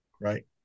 right